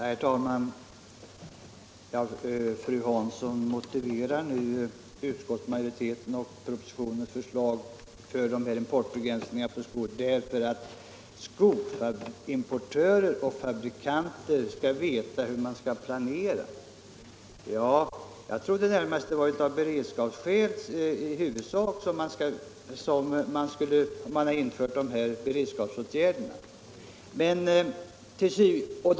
Herr talman! Fru Hansson motiverar nu utskottsmajoritetens och propositionens förslag till importbegränsningar med att skoimportörer och fabrikanter skall veta hur man skall planera. Jag trodde att det i huvudsak var av beredskapsskäl som de här åtgärderna skulle vidtas.